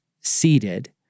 seated